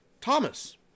Thomas